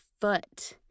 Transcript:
foot